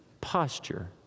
posture